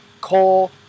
coal